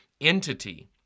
entity